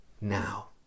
now